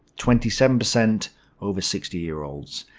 twenty seven percent over sixty year olds,